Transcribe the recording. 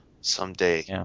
someday